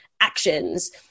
actions